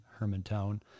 Hermantown